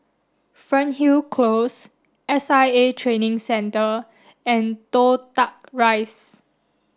Fernhill Close S I A Training Centre and Toh Tuck Rise